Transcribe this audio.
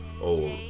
old